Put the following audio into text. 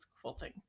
quilting